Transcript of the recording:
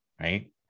right